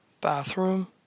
Bathroom